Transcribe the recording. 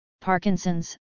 Parkinson's